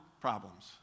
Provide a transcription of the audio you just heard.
problems